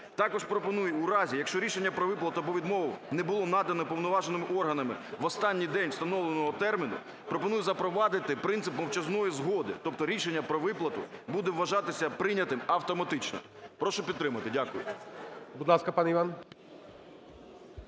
Також пропоную у разі, якщо рішення про виплату або відмову не було надано уповноваженими органами в останній день встановленого терміну, пропоную запровадити принцип мовчазної згоди. Тобто рішення про виплату буде вважатися прийнятим автоматично. Прошу підтримати. Дякую. ГОЛОВУЮЧИЙ. Будь ласка, пане Іван.